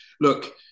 look